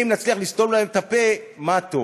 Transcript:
אם נצליח לסתום להם את הפה, מה טוב.